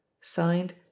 signed